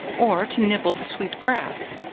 or to nibble the sweet grass.